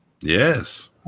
Yes